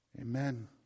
Amen